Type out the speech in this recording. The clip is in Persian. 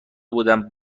بودم